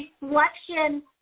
reflection